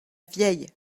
vieille